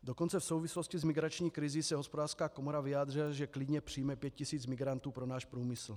Dokonce v souvislosti s migrační krizí se Hospodářská komora vyjádřila, že klidně přijme 5 000 migrantů pro náš průmysl.